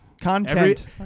content